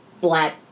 black